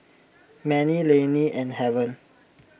Manie Laney and Haven